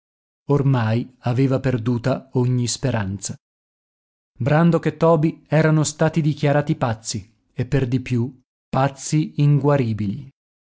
ormai aveva perduta ogni speranza brandok e toby erano stati dichiarati pazzi e per di più pazzi inguaribili